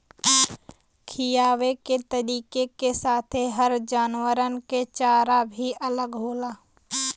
खिआवे के तरीका के साथे हर जानवरन के चारा भी अलग होला